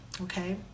Okay